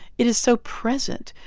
it is so present,